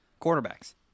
quarterbacks